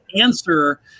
answer